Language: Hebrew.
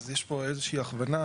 אז יש פה איזה שהיא הכוונה,